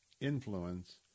influence